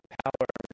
power